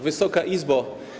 Wysoka Izbo!